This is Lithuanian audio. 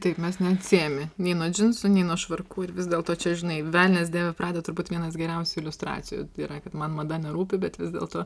taip mes neatsiejami nei nuo džinsų nei nuo švarkų ir vis dėlto čia žinai velnias dėvi pradą turbūt vienas geriausių iliustracijų yra kad man mada nerūpi bet vis dėlto